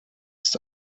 ist